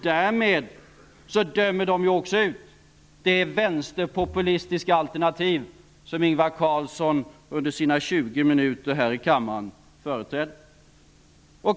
Därmed dömer man också ut det vänsterpopulistiska alternativ som Ingvar Carlsson under sina 20 minuter här i kammaren företrädde.